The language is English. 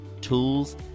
tools